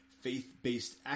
faith-based